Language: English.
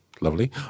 lovely